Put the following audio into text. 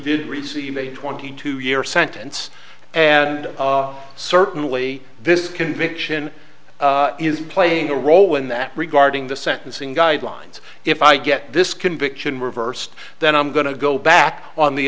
did receive a twenty two year sentence and certainly this conviction is playing a role in that regarding the sentencing guidelines if i get this conviction reversed then i'm going to go back on the